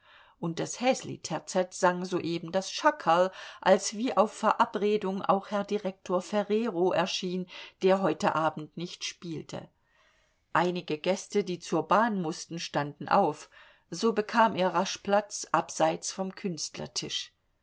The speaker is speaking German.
und das häsliterzett sang soeben das schackerl als wie auf verabredung auch herr direktor ferrero erschien der heute abend nicht spielte einige gäste die zur bahn mußten standen auf so bekam er rasch platz abseits vom künstlertisch